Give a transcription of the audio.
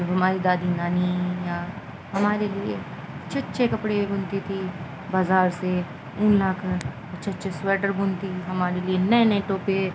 جب ہماری دادی نانی یا ہمارے لیے اچھے اچھے کپڑے بنتی تھی بازار سے اونلا کر اچھے اچھے سویٹر بنتی ہمارے لیے نئے نئے ٹوپے